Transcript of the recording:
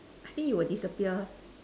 I think you will disappear